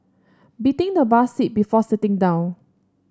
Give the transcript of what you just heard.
beating the bus seat before sitting down